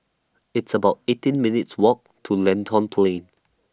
It's about eighteen minutes' Walk to Lentor Plain